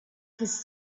his